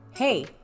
Hey